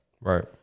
Right